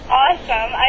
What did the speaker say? awesome